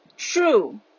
True